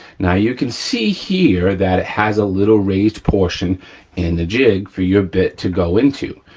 now you can see here that it has a little raised portion in the jig for your bit to go into,